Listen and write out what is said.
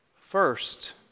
First